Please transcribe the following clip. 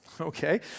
Okay